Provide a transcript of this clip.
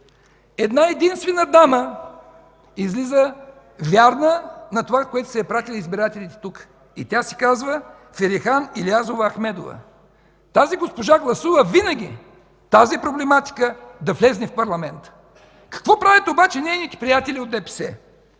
Една-единствена дама излиза вярна на това, за което са я изпратили избирателите тук, и тя се казва Ферихан Илиязова Ахмедова. Тази госпожа гласува винаги проблематиката да влезе в парламента. Какво правят обаче нейните приятели от ДПС?